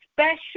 Special